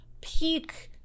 peak